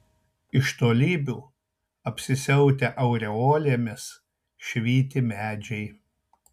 iš tolybių apsisiautę aureolėmis švyti medžiai